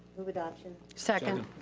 move adoption. second.